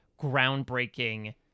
groundbreaking